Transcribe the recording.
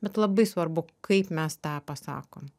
bet labai svarbu kaip mes tą pasakom